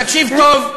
ותקשיב טוב.